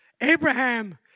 Abraham